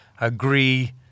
agree